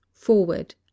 forward